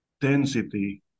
density